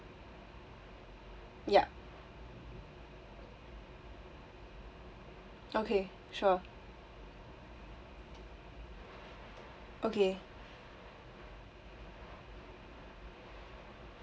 yup okay sure okay